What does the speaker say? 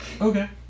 Okay